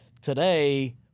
today